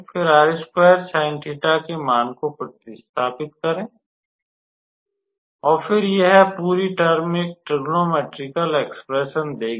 फिर के मान को प्रतिस्थापित करें और फिर यह पूरी टर्म एक त्रिकोणमितीय एक्स्प्रेसन देगी